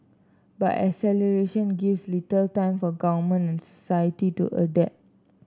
but acceleration gives little time for government society to adapt